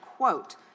quote